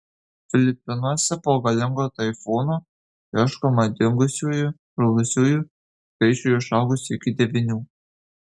filipinuose po galingo taifūno ieškoma dingusiųjų žuvusiųjų skaičiui išaugus iki devynių